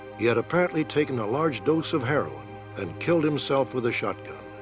he had apparently taken a large dose of heroin and killed himself with a shotgun.